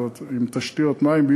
זאת אומרת עם תשתיות מים,